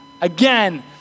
again